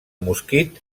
mosquit